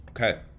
Okay